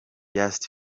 just